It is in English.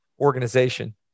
organization